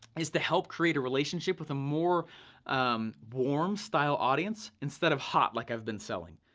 is to help create a relationship with a more warm style audience instead of hot, like i've been selling.